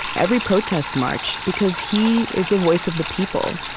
every protest march, because he is the voice of the people.